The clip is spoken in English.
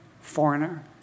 foreigner